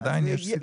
עדיין יש סיכון.